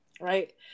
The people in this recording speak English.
right